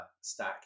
stack